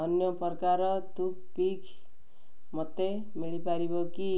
ଅନ୍ୟ ପ୍ରକାର toothpick ମୋତେ ମିଳିପାରିବ କି